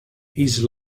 his